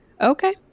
Okay